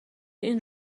این